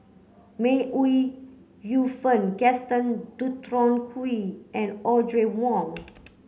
May Ooi Yu Fen Gaston Dutronquoy and Audrey Wong